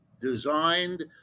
designed